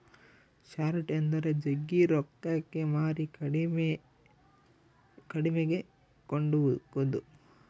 short ಎಂದರೆ ಜಗ್ಗಿ ರೊಕ್ಕಕ್ಕೆ ಮಾರಿ ಕಡಿಮೆಗೆ ಕೊಂಡುಕೊದು